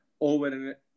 over